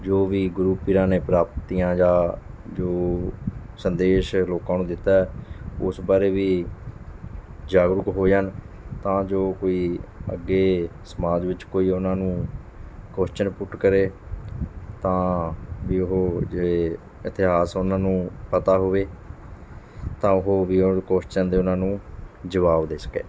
ਜੋ ਵੀ ਗੁਰੂ ਪੀਰਾਂ ਨੇ ਪ੍ਰਾਪਤੀਆਂ ਜਾਂ ਜੋ ਸੰਦੇਸ਼ ਲੋਕਾਂ ਨੂੰ ਦਿੱਤਾ ਹੈ ਉਸ ਬਾਰੇ ਵੀ ਜਾਗਰੂਕ ਹੋ ਜਾਣ ਤਾਂ ਜੋ ਕੋਈ ਅੱਗੇ ਸਮਾਜ ਵਿੱਚ ਕੋਈ ਉਨ੍ਹਾਂ ਨੂੰ ਕੁਓਸਚਨ ਪੁੱਟ ਕਰੇ ਤਾਂ ਵੀ ਉਹ ਜੇ ਇਤਿਹਾਸ ਉਨ੍ਹਾਂ ਨੂੰ ਪਤਾ ਹੋਵੇ ਤਾਂ ਉਹ ਵੀ ਕੁਓਚਨ ਦੇ ਉਨ੍ਹਾਂ ਨੂੰ ਜਵਾਬ ਦੇ ਸਕੇ